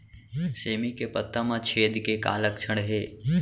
सेमी के पत्ता म छेद के का लक्षण हे?